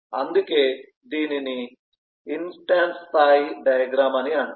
అందుకే దీనిని ఇన్స్టాన్స్ స్థాయి డయాగ్రమ్ అని అంటారు